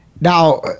Now